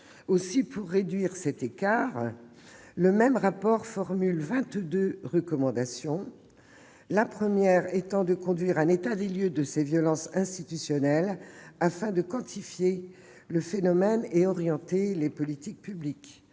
Aussi, pour réduire cet écart, le même rapport formule vingt-deux recommandations, la première étant de conduire un état des lieux de ces violences institutionnelles afin de quantifier le phénomène et d'orienter les politiques publiques,